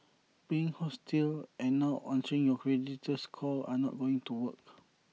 being hostile and not answering your creditor's call are not going to work